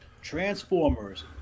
transformers